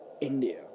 India